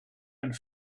and